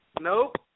Nope